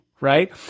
right